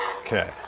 Okay